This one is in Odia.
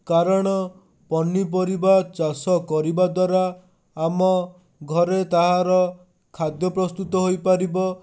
କାରଣ ପନିପରିବା ଚାଷକରିବା ଦ୍ୱାରା ଆମ ଘରେ ତାହାର ଖାଦ୍ୟ ପ୍ରସ୍ତୁତ ହୋଇପାରିବ